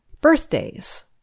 Birthdays